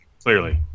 Clearly